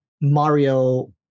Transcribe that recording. mario